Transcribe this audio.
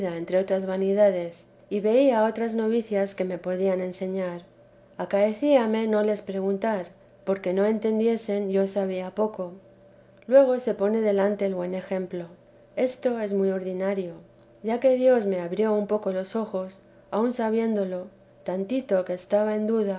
entre otras vanidades y veía a otras novicias que me podían enseñar acaecíame no les preguntar porque no entendiesen yo sabía poco luego se pone delante el buen ejemplo esto es muy ordinario ya que dios me abrió un poco los ojos aun sabiéndolo tantico que estaba en duda